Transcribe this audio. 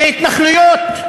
אלה התנחלויות,